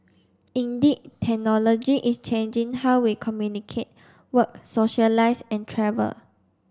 indeed technology is changing how we communicate work socialise and travel